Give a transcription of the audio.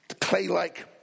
clay-like